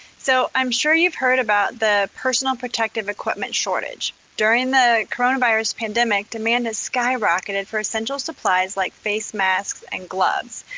so, i'm sure you've heard about the personal protective equipment shortage. during the coronavirus pandemic, demand has skyrocketed for essential supplies like face masks and gloves.